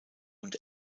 und